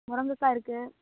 முருங்கக்காய் இருக்குது